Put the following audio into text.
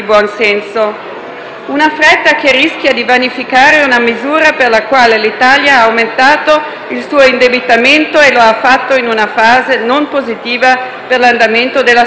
fretta rischia di vanificare una misura per la quale l'Italia ha aumentato il suo indebitamento in una fase non positiva per l'andamento della sua economia.